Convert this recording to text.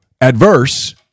adverse